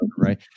Right